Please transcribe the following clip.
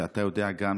ואתה גם יודע,